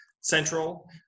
central